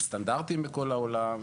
עם סטנדרטים בכל העולם,